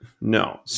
No